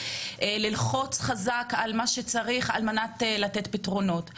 ללחוץ חזק על מה שצריך על מנת לתת פתרונות.